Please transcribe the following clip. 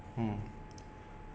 mm